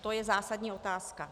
To je zásadní otázka.